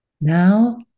Now